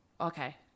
okay